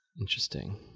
Interesting